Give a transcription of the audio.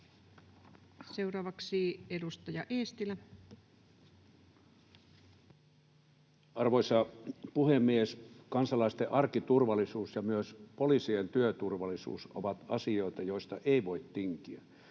Seuraavaksi edustaja Eestilä. Arvoisa puhemies! Kansalaisten arkiturvallisuus ja myös poliisien työturvallisuus ovat asioita, joista ei voi tinkiä.